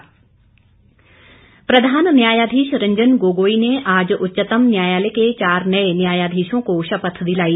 शपथ प्रधान न्यायाधीश रंजन गोगोई ने आज उच्चतम न्यायालय के चार नये न्यायाधीशों को शपथ दिलाई